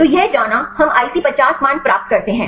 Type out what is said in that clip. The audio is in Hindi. तो यह जाना हम आईसी 50 मान प्राप्त करते हैं